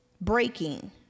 breaking